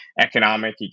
economic